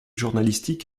journalistique